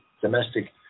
domestic